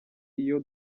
iyo